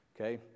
okay